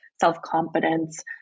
self-confidence